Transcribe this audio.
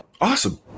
Awesome